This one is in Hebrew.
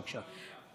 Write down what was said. בבקשה.